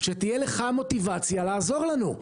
שתהיה לך מוטיבציה לעזור לנו.